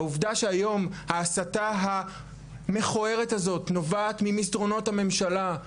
העובדה שהיום ההסתה המכוערת הזאת נובעת ממסדרונות הממשלה,